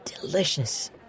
Delicious